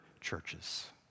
churches